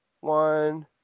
One